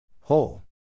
Whole